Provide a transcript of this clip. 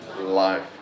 life